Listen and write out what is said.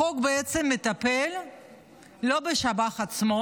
החוק בעצם מטפל לא בשב"ח עצמו.